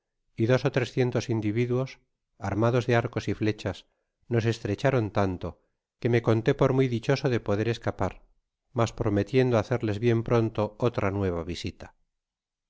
y dos ó trescientos individuos armados de arcos y flechas nos estrecharon tanto que me conté por muy dichoso de poder escapar mas prometiendo hacerles bien pronto otra nueva visita